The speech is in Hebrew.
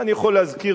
ואני יכול להזכיר,